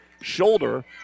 shoulder